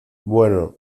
bueno